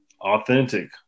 authentic